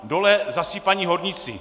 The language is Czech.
Dole zasypaní horníci.